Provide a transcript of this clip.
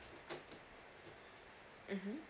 mmhmm